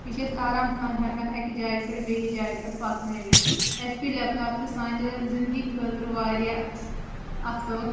یہِ چھِ أسۍ آرام سان ہیٚکان اَکہِ جاے پٮ۪ٹھ بیٚیِس جاے پٮ۪ٹھ پَکنٲوِتھ ایچ پی لیپ ٹاپ چھِ سانہِ زندگی خٲطرٕ واریاہ اَصٕل